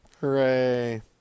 Hooray